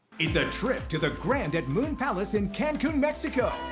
it's a trip to the grand at moon palace in cancun, mexico.